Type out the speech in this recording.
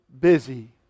busy